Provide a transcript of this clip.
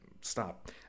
stop